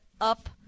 up